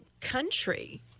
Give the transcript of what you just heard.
country